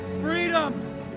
freedom